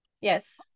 Yes